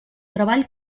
treball